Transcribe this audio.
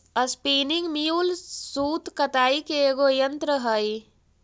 spinning mule सूत कताई के एगो यन्त्र हई